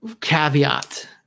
caveat